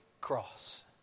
cross